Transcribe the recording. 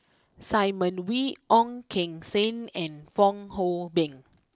Simon Wee Ong Keng Sen and Fong Hoe Beng